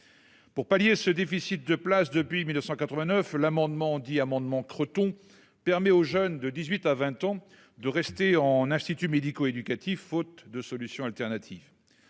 Pour pallier ce déficit de places depuis 1989 l'amendement dit amendement Creton, permet aux jeunes de 18 à 20 ans de rester en institut médico-éducatif faute de solution alternative.